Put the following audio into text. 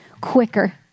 quicker